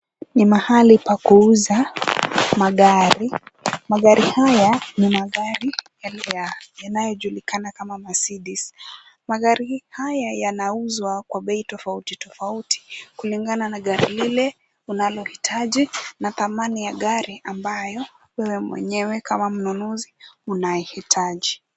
Ni mahali pa kuuza magari. Magari haya ni magari yanayojulikana kama Mercedes. Magari haya yanauzwa kwa bei tofauti tofauti. Kulingana na gari lile unalohitaji na thamani ya gari ambayo wewe mwenyewe kama mnunuzi unaihitaji.